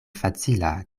facila